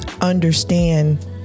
understand